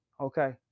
Okay